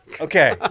Okay